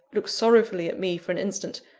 looked sorrowfully at me for an instant,